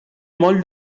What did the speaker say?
moll